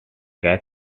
gas